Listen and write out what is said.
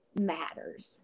matters